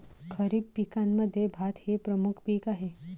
खरीप पिकांमध्ये भात हे एक प्रमुख पीक आहे